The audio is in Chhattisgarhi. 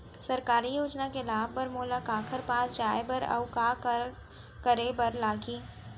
सरकारी योजना के लाभ बर मोला काखर पास जाए बर अऊ का का करे बर लागही?